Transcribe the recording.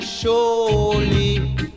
Surely